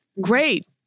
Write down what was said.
great